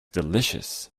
delicious